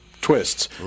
twists